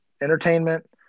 entertainment